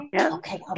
Okay